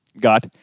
got